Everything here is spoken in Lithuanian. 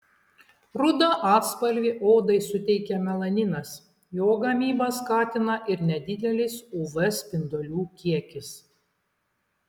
rudą atspalvį odai suteikia melaninas jo gamybą skatina ir nedidelis uv spindulių kiekis